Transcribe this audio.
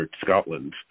Scotland